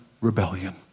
rebellion